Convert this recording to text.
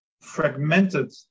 fragmented